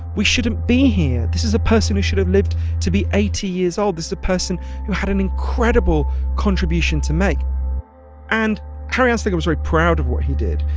we shouldn't be here. this is a person who should have lived to be eighty years old. this is a person who had an incredible contribution to make and harry anslinger was very proud of what he did.